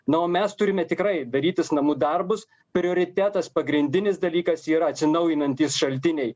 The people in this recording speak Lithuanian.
na o mes turime tikrai darytis namų darbus prioritetas pagrindinis dalykas yra atsinaujinantys šaltiniai